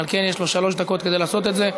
על כן יש לו שלוש דקות כדי לעשות את זה.